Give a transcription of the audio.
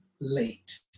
late